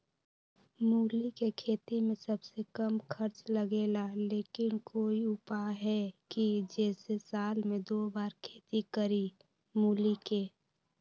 मूली के खेती में सबसे कम खर्च लगेला लेकिन कोई उपाय है कि जेसे साल में दो बार खेती करी मूली के?